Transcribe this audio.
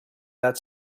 that